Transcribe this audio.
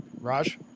Raj